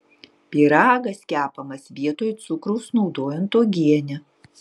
pyragas kepamas vietoj cukraus naudojant uogienę